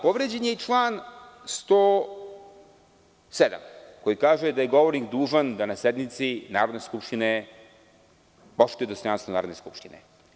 Povređen je i član 107. koji kaže da je govornik dužan da na sednici Narodne skupštine poštuje dostojanstvo Narodne skupštine.